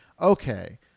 okay